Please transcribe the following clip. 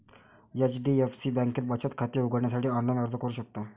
HDFC बँकेत बचत खाते उघडण्यासाठी ऑनलाइन अर्ज करू शकता